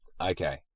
okay